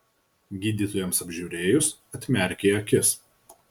gydytojams apžiūrėjus atmerkė akis